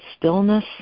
stillness